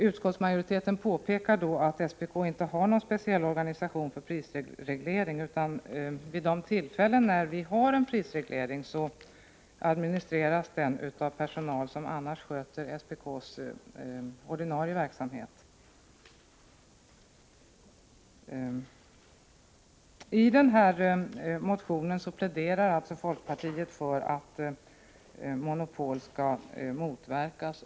Utskottsmajoriteten påpekar då att SPK inte har någon speciell organisation för prisreglering, utan vid de tillfällen då det införs en prisreglering administreras den av personal som annars sköter SPK:s ordinarie verksamhet. I motionen pläderar folkpartiet för att monopol skall motverkas.